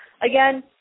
again